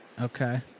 Okay